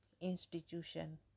institution